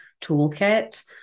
toolkit